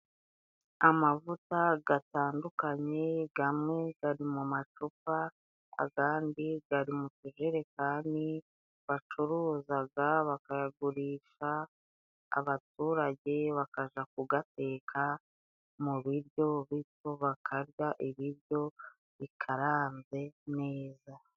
Amavuta gatandukanye gamwe gari mu macupa agandi gari mutujerekani, bacuruzaga bakayagurisha abaturage. Bakajya kugateka mu biryo bityo bakarya ibiryo bikaranze neza.